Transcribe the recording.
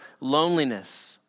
loneliness